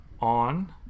on